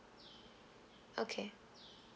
okay